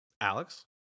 Alex